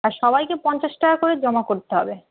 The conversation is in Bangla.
আর সবাইকে পঞ্চাশ টাকা করে জমা করতে হবে